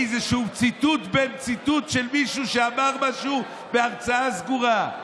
איזשהו ציטוט בן ציטוט של מישהו שאמר משהו בהרצאה סגורה.